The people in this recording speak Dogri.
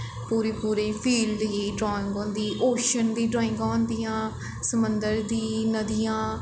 पूरी पूरी फील्ड दी ड्राईंग होंदी ओशन दी ड्राईंगां होंदियां समंदर दी नदियां